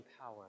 power